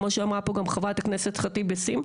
כמו שאמרה פה גם חברת הכנסת ח'טיב יאסין,